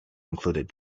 included